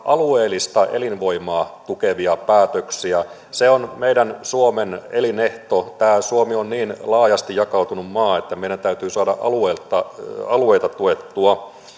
alueellista elinvoimaa tukevia päätöksiä se on meidän suomen elinehto suomi on niin laajasti jakautunut maa että meidän täytyy saada alueita tuettua